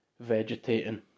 vegetating